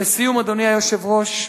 לסיום, אדוני היושב-ראש,